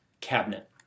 cabinet